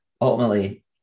ultimately